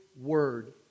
word